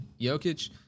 Jokic